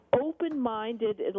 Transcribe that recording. open-minded